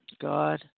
God